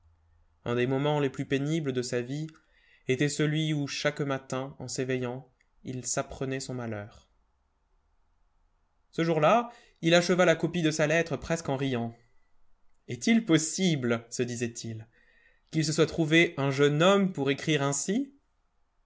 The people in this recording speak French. un des moments les plus pénibles de sa vie était celui où chaque matin en s'éveillant il s'apprenait son malheur ce jour-là il acheva la copie de sa lettre presque en riant est-il possible se disait-il qu'il se soit trouvé un jeune homme pour écrire ainsi